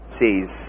says